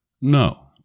No